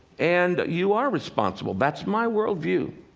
and you are responsible that's my worldview.